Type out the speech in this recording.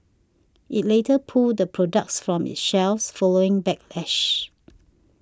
it later pulled the products from its shelves following backlash